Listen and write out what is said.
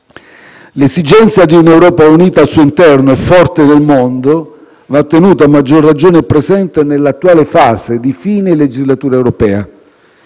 L'esigenza di un'Europa unita al suo interno e forte nel mondo va tenuta a maggior ragione presente nell'attuale fase di fine legislatura europea.